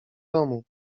domu